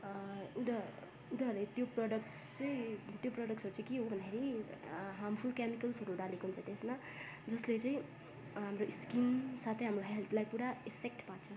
उनी उनीहरूले त्यो प्रडक्ट चाहिँ त्यो प्रडक्ट्सहरू चाहिँ के हो भन्दाखेरि हार्मफुल केमिकल्सहरू हालेको हुन्छ त्यसमा जसले चाहिँ हाम्रो स्किन साथै हाम्रो हेल्थलाई पुरा इफेक्ट पर्छ